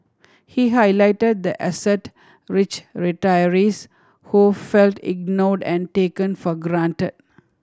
he highlighted the asset rich retirees who felt ignored and taken for granted